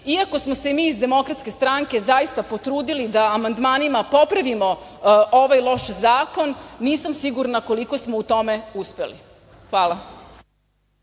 Iako smo se mi iz DS zaista potrudili da amandmanima popravimo ovaj loš zakon, nisam sigurna koliko smo u tome uspeli. Hvala.